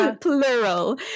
plural